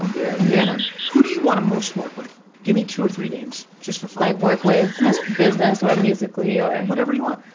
yeah. yeah. who do you wanna most work with? gimme two or three names, just for fun. like work with as business or musically or whatever you want.